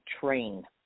train